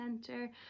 center